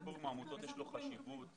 יש לו חשיבות.